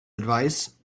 advice